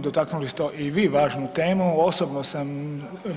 Dotaknuli ste i vi važnu temu, osobno sam